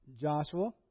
Joshua